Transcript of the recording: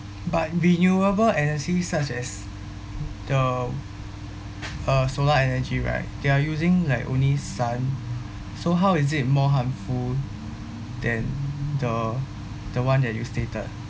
but renewable energy such as the uh solar energy right they are using like only sun so how is it more harmful than the the one that you stated